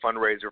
fundraiser